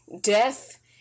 death